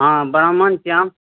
हँ ब्राम्हण छी हम